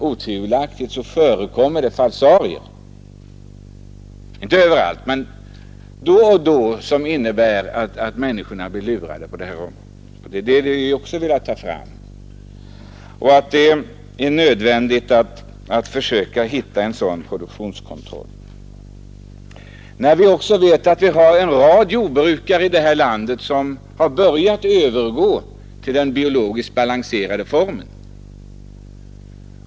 Otvivelaktigt förekommer falsarier som innebär att människorna blir lurade på det här området. Det är också detta vi har velat ta fram. Det är nödvändigt att försöka hitta en sådan produktionskontroll. Vi har en rad jordbrukare i det här landet som börjat övergå till den biologiskt balanserade odlingsformen.